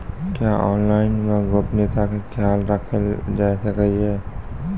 क्या ऑनलाइन मे गोपनियता के खयाल राखल जाय सकै ये?